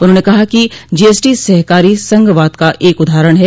उन्होंने कहा कि जीएसटी सहकारी संघवाद का एक उदाहरण है